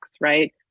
right